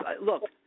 look